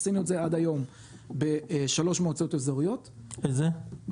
עשינו את זה עד היום בשלוש מועצות אזורית: אל-בטוף,